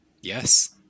yes